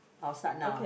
I'll start now